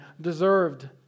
deserved